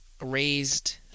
raised